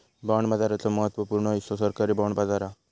bond बाजाराचो महत्त्व पूर्ण हिस्सो सरकारी बाँड बाजार हा